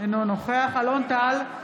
אינו נוכח אלון טל,